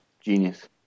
Genius